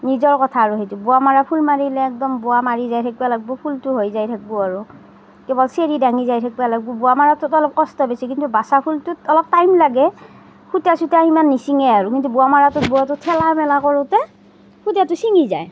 নিজৰ কথা আৰু সেইটো বোৱা মাৰা ফুল মাৰিলে একদম বোৱা মাৰি যাই থাকিব লাগব ফুলটো হৈ যাই থাকিব আৰু কেৱল চিৰি দাঙি যাই থাকিব লাগব বোৱা মাৰাটোত অলপ কষ্ট বেছি কিন্তু বাচা ফুলটোত অলপ টাইম লাগে সূতা চূতা ইমান নিছিঙে আৰু কিন্তু বোৱা মাৰাটোত ঠেলা মেলা কৰোতে সূতাটো ছিঙি যায়